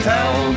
Tell